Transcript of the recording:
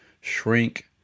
shrink